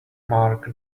mark